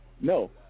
no